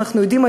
אנחנו יודעים,